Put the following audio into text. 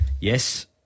Yes